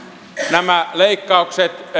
nämä leikkaukset